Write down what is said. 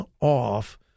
off